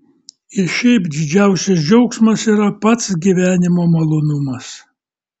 ir šiaip didžiausias džiaugsmas yra pats gyvenimo malonumas